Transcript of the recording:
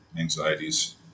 anxieties